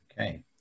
Okay